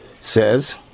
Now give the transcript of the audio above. says